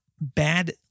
bad